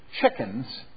chickens